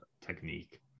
technique